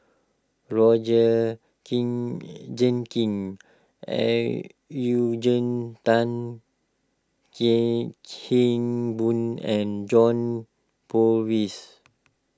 Roger king Jenkins Eugene Tan Kheng Boon and John Purvis